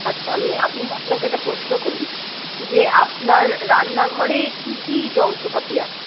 আচ্ছা আপনি আমি আপনাকে একটা প্রশ্ন করি যে আপনার রান্না ঘরে কী কী যন্ত্রপাতি আছে